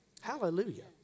Hallelujah